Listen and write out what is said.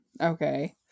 Okay